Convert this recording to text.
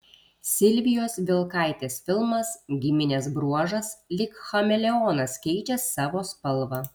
silvijos vilkaitės filmas giminės bruožas lyg chameleonas keičia savo spalvą